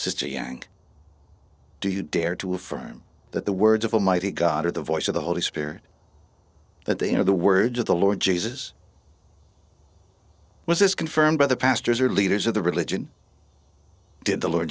a yank do you dare to affirm that the words of almighty god are the voice of the holy spirit that the you know the words of the lord jesus was this confirmed by the pastors or leaders of the religion did the lord